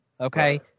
Okay